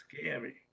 scary